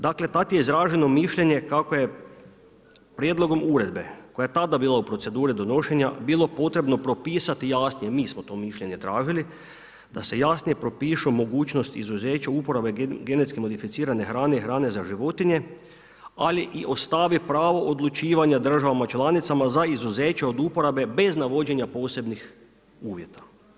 Dakle, tad je izraženo mišljenje kako je prijedlog uredbe koja je tada bila u proceduri donošenja, bilo potrebno propisati jasnije, mi smo to mišljenje tražili, da se jasnije propišu mogućnost izuzeća uporabe genetski modificirane hrane i hrane za životinje, ali i ostavi pravo odlučivanja državama članicama za izuzeće od uporabe bez navođenja posebnih uvjeta.